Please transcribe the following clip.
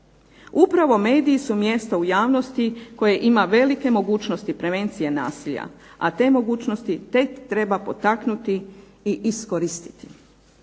Upravo mediji su mjesto u javnosti koje ima velike mogućnosti prevencije nasilja, a te mogućnosti tek treba potaknuti i iskoristiti.